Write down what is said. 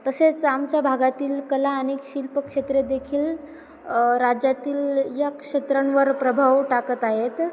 तसेच आमच्या भागातील कला आणि शिल्प क्षेत्रेदेखील राज्यातील या क्षेत्रांवर प्रभाव टाकत आहेत